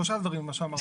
שלושה דברים.